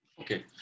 Okay